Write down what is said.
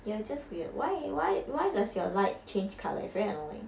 you are just weird why why why does your light change colour is very annoying